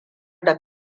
da